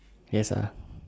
yes ah